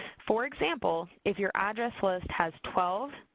for example, if your address list has twelve,